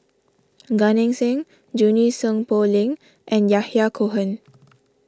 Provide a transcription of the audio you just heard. Gan Eng Seng Junie Sng Poh Leng and Yahya Cohen